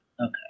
Okay